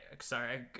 sorry